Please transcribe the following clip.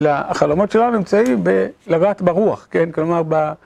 החלומות שלנו נמצאים ב...לגעת ברוח, כן? כלומר, ב...